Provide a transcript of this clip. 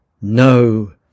no